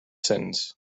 sentence